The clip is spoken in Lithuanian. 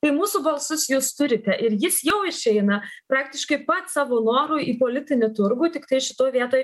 tai mūsų balsus jūs turite ir jis jau išeina praktiškai pats savo noru į politinį turgų tiktai šitoj vietoj